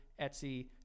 Etsy